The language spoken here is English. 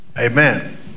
Amen